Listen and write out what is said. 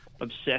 obsessed